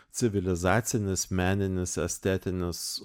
civilizacinis meninis estetinis